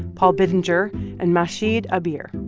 paul bittinger and mahshid abir.